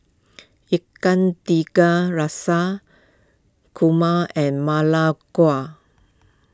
Ikan Tiga Rasa Kurma and Ma Lai Gao